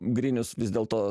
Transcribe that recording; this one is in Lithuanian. grinius vis dėlto